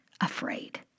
afraid